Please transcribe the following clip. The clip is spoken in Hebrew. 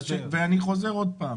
אני חוזר עוד פעם,